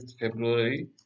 February